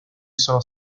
sono